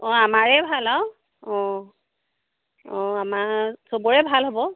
অঁ আমাৰেই ভাল আৰু অঁ অঁ আমাৰ চবৰে ভাল হ'ব